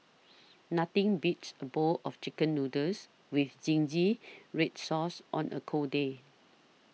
nothing beats a bowl of Chicken Noodles with Zingy Red Sauce on a cold day